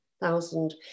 thousand